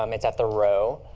um it's at the row.